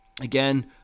Again